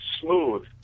smooth